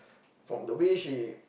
from the way she